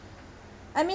I mea~